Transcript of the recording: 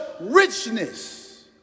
richness